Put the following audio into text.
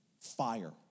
Fire